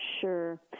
Sure